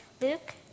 Luke